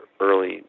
early